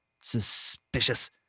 Suspicious